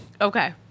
Okay